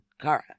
Kara